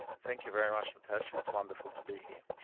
thank you very much natasha it's wonderful to be here.